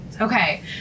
Okay